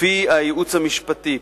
לפי הייעוץ המשפטי,